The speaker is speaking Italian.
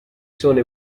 sono